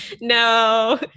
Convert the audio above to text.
no